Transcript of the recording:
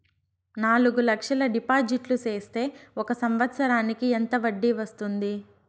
నాలుగు లక్షల డిపాజిట్లు సేస్తే ఒక సంవత్సరానికి ఎంత వడ్డీ వస్తుంది?